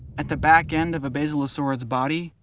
at the back-end of a basilosaurid's body,